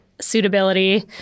suitability